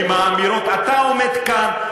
אתה עומד כאן,